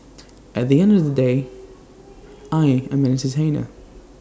at the end of the day I am an entertainer